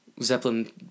Zeppelin